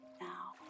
Now